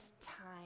time